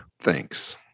thanks